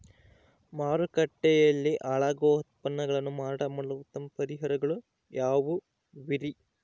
ಮಾರುಕಟ್ಟೆಯಲ್ಲಿ ಹಾಳಾಗುವ ಉತ್ಪನ್ನಗಳನ್ನ ಮಾರಾಟ ಮಾಡಲು ಉತ್ತಮ ಪರಿಹಾರಗಳು ಯಾವ್ಯಾವುರಿ?